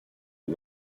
you